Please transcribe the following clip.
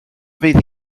fydd